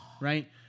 right